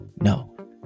no